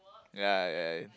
ya ya ya